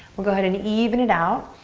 we'll go ahead and even it out.